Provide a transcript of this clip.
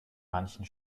manchen